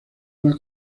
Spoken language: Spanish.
una